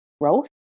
growth